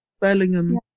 Bellingham